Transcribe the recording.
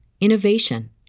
innovation